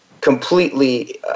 completely